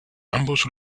ambos